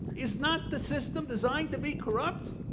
is not the system designed to be corrupt?